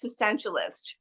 existentialist